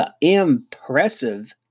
impressive